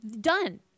Done